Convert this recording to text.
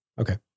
Okay